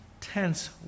tense